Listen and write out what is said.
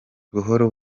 buhoro